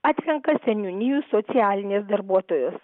atrenka seniūnijų socialinės darbuotojos